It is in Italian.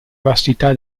vastità